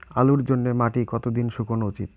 আলুর জন্যে মাটি কতো দিন শুকনো উচিৎ?